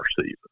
season